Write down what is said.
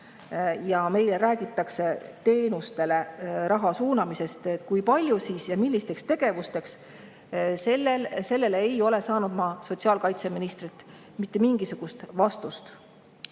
Ja meile räägitakse teenusteks raha suunamisest! Kui palju siis ja millisteks tegevusteks? Sellele ei ole ma sotsiaalkaitseministrilt mitte mingisugust vastust